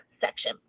section